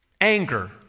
anger